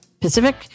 Pacific